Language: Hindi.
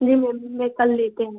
जी मैम मैं कल लेती हूँ